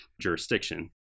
jurisdiction